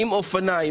עם אופניים.